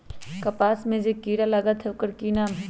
कपास में जे किरा लागत है ओकर कि नाम है?